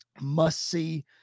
must-see